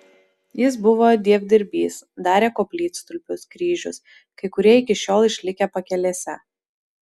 jis buvo dievdirbys darė koplytstulpius kryžius kai kurie iki šiol išlikę pakelėse